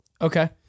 Okay